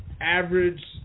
average